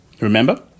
Remember